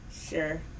sure